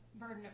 burden